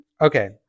okay